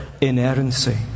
inerrancy